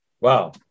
Wow